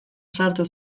sartu